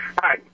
Hi